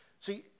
See